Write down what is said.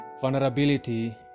Vulnerability